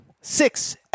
six